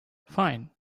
fine